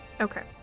Okay